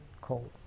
cold